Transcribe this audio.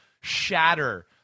shatter